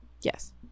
Yes